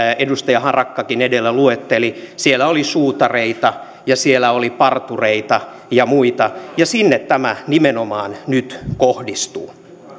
edustaja harakkakin edellä luetteli siellä oli suutareita ja siellä oli partureita ja muita ja sinne tämä nimenomaan nyt kohdistuu